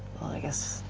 i guess